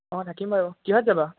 অঁ থাকিম বাৰু কিহত যাবা